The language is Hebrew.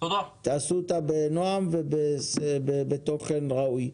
תעשו אותה בנועם ובתוכן ראוי.